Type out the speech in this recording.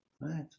right